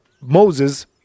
moses